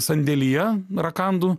sandėlyje rakandų